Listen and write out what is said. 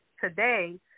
today